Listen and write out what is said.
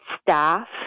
staff